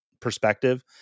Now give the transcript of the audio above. perspective